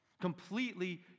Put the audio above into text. completely